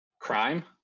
Crime